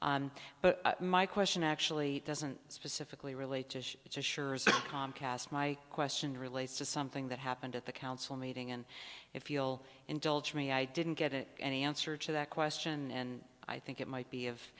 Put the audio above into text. but my question actually doesn't specifically relate to comcast my question relates to something that happened at the council meeting and if he'll indulge me i didn't get any answer to that question and i think it might be of